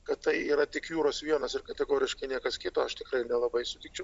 kad tai yra tik jūros vienas ir kategoriškai niekas kito aš tikrai nelabai sutikčiau